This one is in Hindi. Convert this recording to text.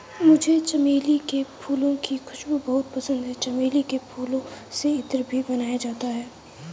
मुझे चमेली के फूलों की खुशबू बहुत पसंद है चमेली के फूलों से इत्र भी बनाया जाता है